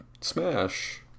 smash